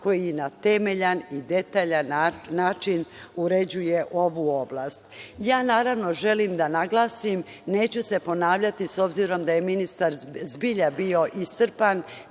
koji na temeljan i detaljan način uređuje ovu oblast. Naravno, želim da naglasim, neću se ponavljati, s obzirom da je ministar zbilja bio iscrpan,